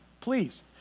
please